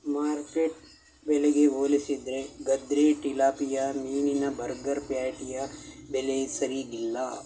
market ಬೆಲೆಗೆ ಹೋಲಿಸಿದ್ರೆ ಗದ್ರಿ ಟಿಲಾಪಿಯ ಮೀನಿನ ಬರ್ಗರ್ ಪ್ಯಾಟಿಯ ಬೆಲೆ ಸರೀಗಿಲ್ಲ